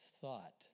thought